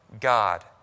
God